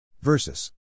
Versus